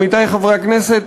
עמיתי חברי הכנסת,